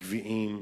גביעים,